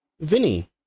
Vinny